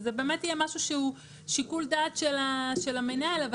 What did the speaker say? זה באמת יהיה איזה משהו שיהיה איזשהו שיקול דעת של המנהל אבל